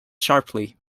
sharply